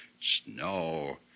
snow